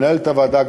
למנהלת הוועדה,